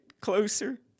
closer